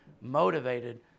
motivated